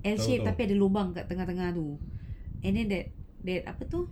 L shape tapi ada lubang kat tengah-tengah tu and then that that apa tu